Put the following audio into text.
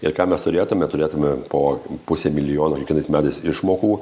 ir ką mes turėtume turėtume po pusę milijono ir kitais metais išmokų